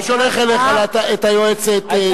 אני שולח אליך את היועצת המשפטית,